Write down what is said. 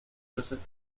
joseph